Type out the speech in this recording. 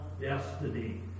destiny